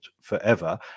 forever